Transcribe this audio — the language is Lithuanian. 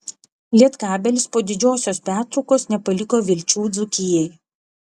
lietkabelis po didžiosios pertraukos nepaliko vilčių dzūkijai